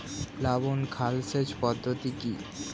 প্লাবন খাল সেচ পদ্ধতি কি?